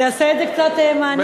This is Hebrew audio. זה יעשה את זה קצת מעניין.